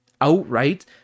outright